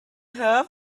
have